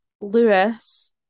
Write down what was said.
Lewis